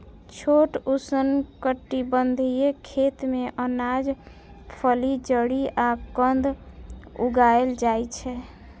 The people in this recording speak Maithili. छोट उष्णकटिबंधीय खेत मे अनाज, फली, जड़ि आ कंद उगाएल जाइ छै